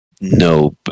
No